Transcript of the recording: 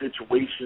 situation